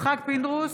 יצחק פינדרוס,